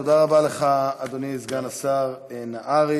תודה רבה לך, אדוני סגן השר נהרי.